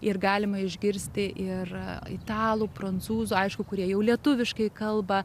ir galima išgirsti ir italų prancūzų aišku kurie jau lietuviškai kalba